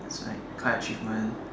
like car achievement